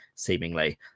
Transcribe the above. Seemingly